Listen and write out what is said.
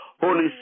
Holy